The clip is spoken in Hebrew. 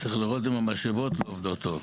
צריך לראות שהמשאבות עובדות טוב.